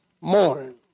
mourn